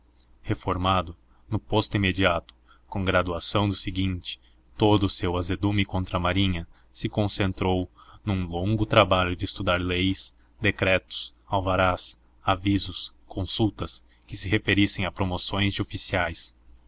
reformado no posto imediato com graduação do seguinte todo o seu azedume contra a marinha se concentrou num longo trabalho de estudar leis decretos alvarás avisos consultas que se referisse a promoções de oficiais